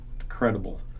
incredible